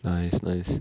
nice nice